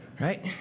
right